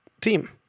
team